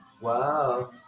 Wow